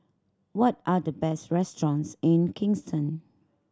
what are the best restaurants in Kingston